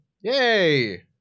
Yay